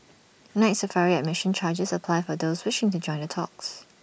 Night Safari admission charges apply for those wishing to join the talks